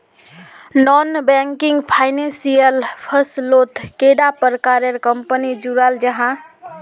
Non banking financial फसलोत कैडा प्रकारेर कंपनी जुराल जाहा?